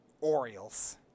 Orioles